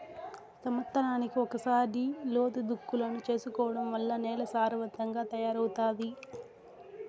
సమత్సరానికి ఒకసారి లోతు దుక్కులను చేసుకోవడం వల్ల నేల సారవంతంగా తయారవుతాది